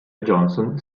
johnson